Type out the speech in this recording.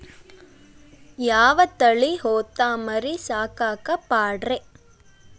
ಯಾವ ತಳಿ ಹೊತಮರಿ ಸಾಕಾಕ ಪಾಡ್ರೇ?